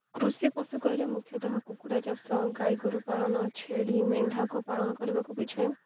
କୃଷି ପଶୁ କହିଲେ ମୁଖ୍ୟତଃ କୁକୁଡ଼ା ଚାଷ ଗାଈ ଗୋରୁ ପାଳନ ଛେଳି ମେଣ୍ଢାକୁ ପାଳନ କରିବାକୁ ବୁଝାଏ